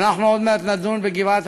ואנחנו עוד מעט נדון בגבעת-עמל